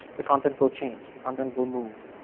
the content will change, the content will move.